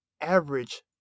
average